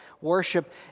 worship